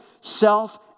self